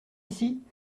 ici